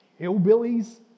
Hillbillies